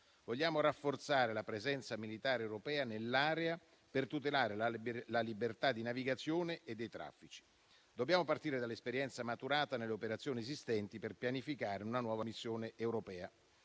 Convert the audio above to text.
Vogliamo rafforzare la presenza militare europea nell'area per tutelare la libertà di navigazione e dei traffici. Dobbiamo partire dall'esperienza maturata nelle operazioni esistenti per pianificare una nuova missione europea.